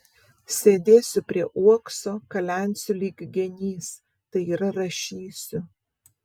sėdėsiu prie uokso kalensiu lyg genys tai yra rašysiu